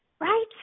Right